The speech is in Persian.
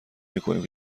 میکنیم